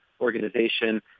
organization